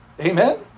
Amen